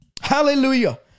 Hallelujah